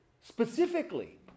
specifically